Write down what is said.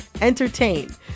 entertain